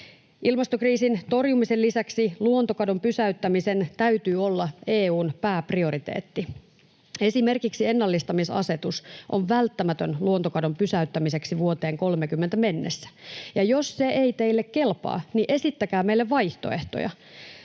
Ilmastokriisin torjumisen lisäksi luontokadon pysäyttämisen täytyy olla EU:n pääprioriteetti. Esimerkiksi ennallistamisasetus on välttämätön luontokadon pysäyttämiseksi vuoteen 30 mennessä. Ja jos se ei teille kelpaa, niin esittäkää meille vaihtoehtoja.